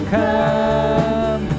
come